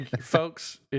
folks